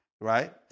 right